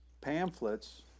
pamphlets